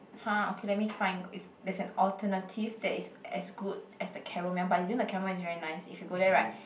!huh! okay let me find if there's a alternative that is as good as the caramel but the caramel is very nice if you go there right